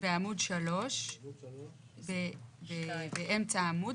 3 באמצע העמוד,